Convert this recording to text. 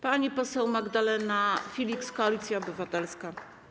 Pani poseł Magdalena Filiks, Koalicja Obywatelska.